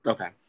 Okay